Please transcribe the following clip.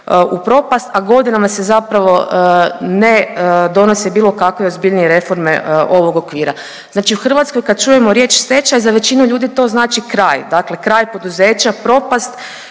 u propast, a godinama se zapravo ne donose bilo kakve ozbiljnije reforme ovog okvira. Znači u Hrvatskoj, kad čujemo riječ stečaj, za većinu ljudi to znači kraj, dakle kraj poduzeća, propast